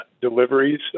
deliveries